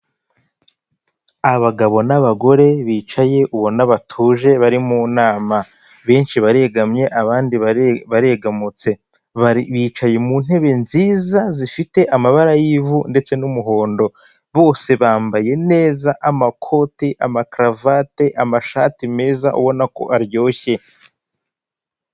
Inyubako nini nziza ifite ibyumba bine n'ubwogero butatu. Ifite imbuga yubakishijwe amapave, ndetse n'ubusitani burimo indabo, ikodeshwa amafaranga y'u Rwanda ibihumbi magana atandatu iherereye Kagarama.